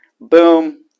Boom